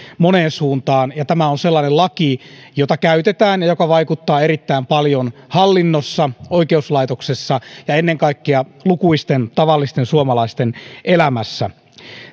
moneen suuntaan ja tämä on sellainen laki jota käytetään ja joka vaikuttaa erittäin paljon hallinnossa oikeuslaitoksessa ja ennen kaikkea lukuisten tavallisten suomalaisten elämässä